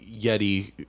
Yeti